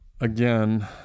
again